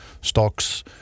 stocks